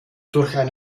ein